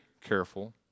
careful